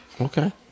okay